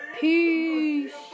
peace